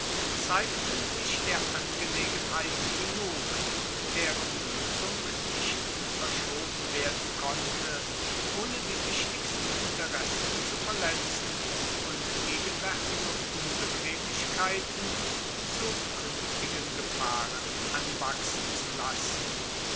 zeigten sich der angelegenheiten genug deren lösung nicht verschoben werden konnte ohne die wichtigsten interessen zu verletzen und gegenwärtige unbequemlichkeiten zu künftigen gefahren anwachsen zu lassen